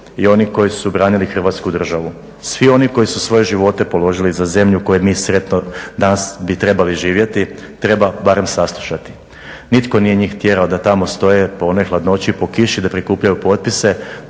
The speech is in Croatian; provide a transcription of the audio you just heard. i oni koji su branili Hrvatsku državu. Svi oni koji su svoje živote položili za zemlju u kojoj bi mi sretno, danas bi trebali živjeti, treba barem saslušati. Nitko nije njih tjerao da tamo stoje po onoj hladnoći, po kiši da prikupljaju potpise